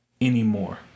anymore